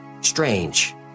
strange